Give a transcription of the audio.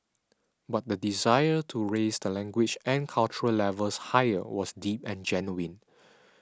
but the desire to raise the language and cultural levels higher was deep and genuine